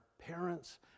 parents